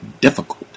difficult